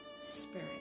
Spirit